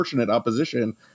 opposition